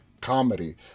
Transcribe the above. comedy